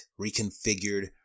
reconfigured